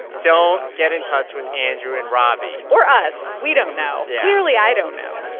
don't get in touch with andrew and robby or us. we don't know yeah clearly, i don't know